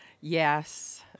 Yes